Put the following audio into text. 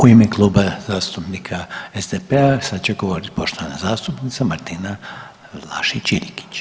U ime Kluba zastupnika SDP-a sad će govoriti poštovana zastupnica Martina Vlašić Iljkić.